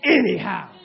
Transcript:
anyhow